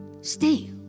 stay